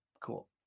Cool